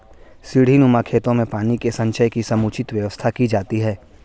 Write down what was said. सीढ़ीनुमा खेतों में पानी के संचय की समुचित व्यवस्था की जाती है